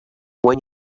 when